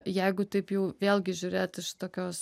jeigu taip jau vėlgi žiūrėt iš tokios